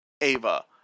Ava